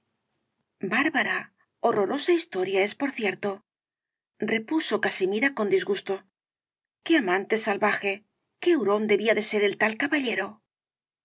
bárbara horrorosa historia es por cierto repuso casimira con disgusto qué amante salvaje qué hurón debía ser el tal caballero